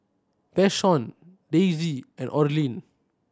Vashon Daisey and Orlin